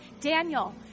Daniel